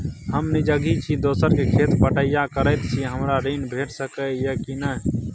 हम निजगही छी, दोसर के खेत बटईया करैत छी, हमरा ऋण भेट सकै ये कि नय?